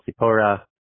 Sipora